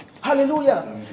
Hallelujah